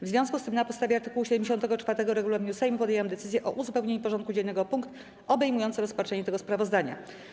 W związku z tym na podstawie art. 74 regulaminu Sejmu podjęłam decyzję o uzupełnieniu porządku dziennego o punkt obejmujący rozpatrzenie tego sprawozdania.